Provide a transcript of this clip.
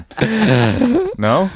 no